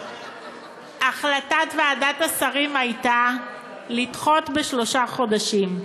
החלטת ועדת השרים הייתה לדחות בשלושה חודשים.